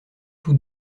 tous